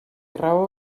raó